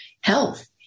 health